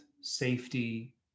safety